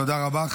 תודה רבה.